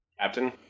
Captain